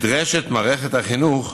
מערכת החינוך